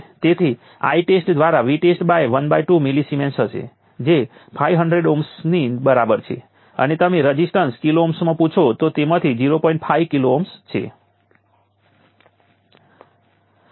તેથી કરંટ ફરી 0 છે પરંતુ આ બે ઈન્ટરવલો વચ્ચેનો કરંટ જે C dv dt છે તે 10 નેનો ફેરાડ ગુણ્યા 5 વોલ્ટને 10 માઇક્રો સેકન્ડ વડે ભાગ્યા તો 5 મિલીએમ્પ હશે